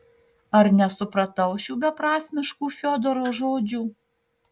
ar nesupratau šių beprasmiškų fiodoro žodžių